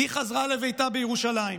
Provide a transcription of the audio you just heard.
היא חזרה לביתה בירושלים.